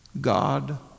God